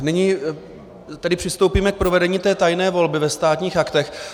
Nyní tedy přistoupíme k provedení tajné volby ve Státních aktech.